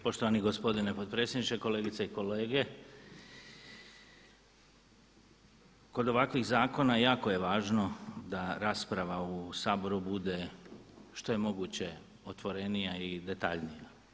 Poštovani gospodine potpredsjedniče, kolegice i kolege kod ovakvih zakona jako je važno da rasprava u Saboru bude što je moguće otvorenija i detaljnija.